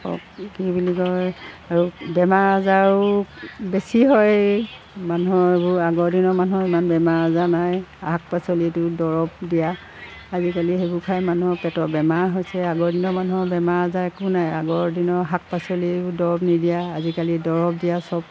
কি বুলি কয় আৰু বেমাৰ আজাৰও বেছি হয় মানুহবোৰৰ আগৰ দিনৰ মানুহৰ ইমান বেমাৰ আজাৰ নাই শাক পাচলিটো দৰব দিয়া আজিকালি সেইবোৰ খাই মানুহৰ পেটৰ বেমাৰ হৈছে আগৰ দিনৰ মানুহৰ বেমাৰ আজাৰ একো নাই আগৰ দিনৰ শাক পাচলিও দৰব নিদিয়া আজিকালি দৰব দিয়া চব